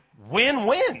win-win